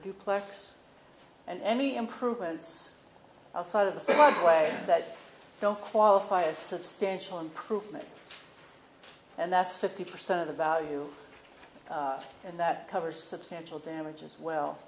duplex and any improvements outside of the floodway that don't qualify as substantial improvement and that's fifty percent of the value and that cover substantial damage is well